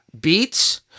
beats